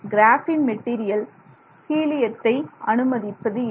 graphene material ஹீலியத்தை அனுமதிப்பதில்லை